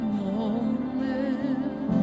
moment